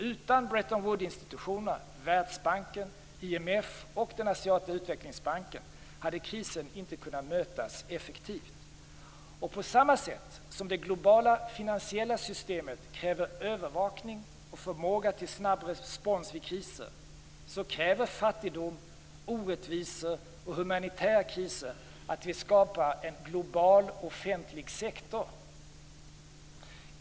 Utan Bretton Woodsinstitutionerna, Världsbanken, IMF och den asiatiska utvecklingsbanken hade krisen inte kunnat mötas effektivt. På samma sätt som det globala finansiella systemet kräver övervakning och förmåga till snabb respons vid kriser, kräver fattigdom, orättvisor och humanitära kriser att vi skapar en global offentlig sektor.